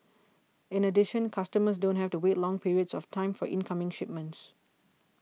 in addition customers don't have to wait long periods of time for incoming shipments